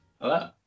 Hello